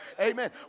amen